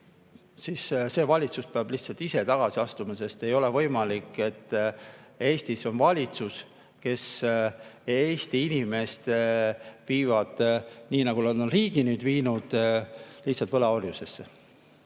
siis see valitsus peab lihtsalt ise tagasi astuma. Ei ole võimalik, et Eestis on valitsus, kes Eesti inimesi viib nii, nagu nad on nüüd viinud riigi, lihtsalt võlaorjusesse.